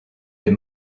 des